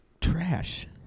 trash